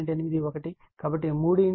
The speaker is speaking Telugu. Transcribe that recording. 81 కాబట్టి 36